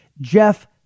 Jeff